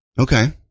Okay